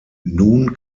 nun